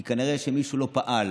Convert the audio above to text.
כי כנראה שמישהו לא פעל.